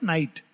Night